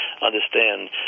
understand